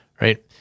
Right